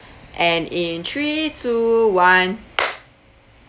and in three two one